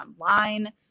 online